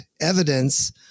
evidence